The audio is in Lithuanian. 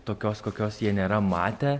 tokios kokios jie nėra matę